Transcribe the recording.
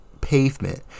pavement